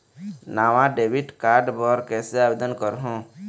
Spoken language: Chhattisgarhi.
नावा डेबिट कार्ड बर कैसे आवेदन करहूं?